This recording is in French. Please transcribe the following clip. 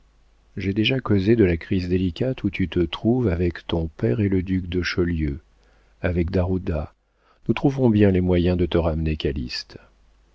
j'ai déjà causé de la crise délicate où tu te trouves avec ton père et le duc de chaulieu avec d'ajuda nous trouverons bien les moyens de te ramener